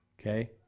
Okay